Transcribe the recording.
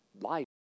life